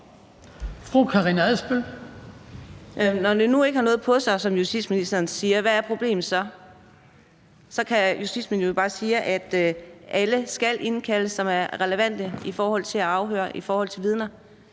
Når det nu ikke har noget på sig, som justitsministeren siger, hvad er problemet så? Så kan justitsministeren jo bare sige, at alle, der er relevante, skal indkaldes i forhold til at afhøre og i forhold til vidner.